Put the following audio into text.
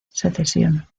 secesión